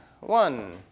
one